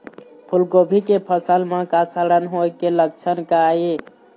फूलगोभी के फसल म सड़न होय के लक्षण का ये?